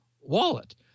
wallet